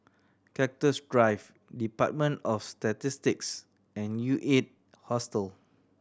Cactus Drive Department of Statistics and U Eight Hostel